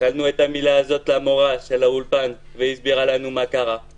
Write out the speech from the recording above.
שאלנו את המורה של האולפן מה המילה הזאת והיא הסבירה לנו מה קרה.